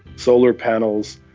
solar panels,